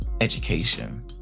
education